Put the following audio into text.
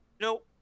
No